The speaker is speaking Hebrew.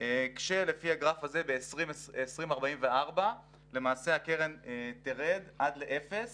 כשלפי הגרף הזה ב-2044 למעשה הקרן תרד עד לאפס